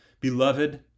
Beloved